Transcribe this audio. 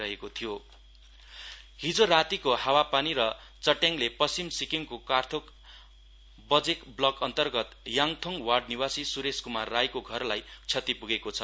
lightning damage हिजो रातीको हावापानी र चट्याङले पश्चिम सिक्किमको कर्थोक बेजक ब्लक अन्तर्गत याङथोङ वार्ड निवासी सुरेश कुमार राईको घरलाई क्षति प्गेको छ